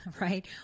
right